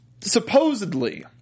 Supposedly